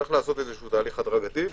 צריך לעשות תהליך הדרגתי,